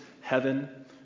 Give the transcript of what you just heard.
heaven